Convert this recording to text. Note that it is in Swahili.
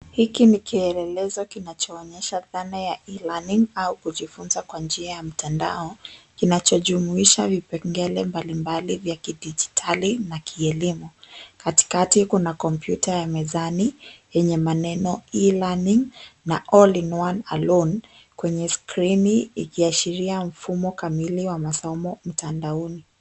Hiki ni kielelezo kinachoonyesha dhana ya e-learning au kujifunza kwa njia ya mtandao, kinachojumuisha vipengele mbalimbali vya kidijitali na kielimu. Katikati kuna kompyuta ya mezani yenye maneno e-learning na all in one alone kwenye skrini ikiashiria mfumo kamili wa masomo mtandaoni.